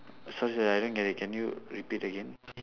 sorry sorry I didn't get it can you repeat again